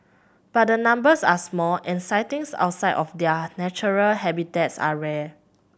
but the numbers are small and sightings outside of their natural habitats are rare